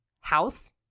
house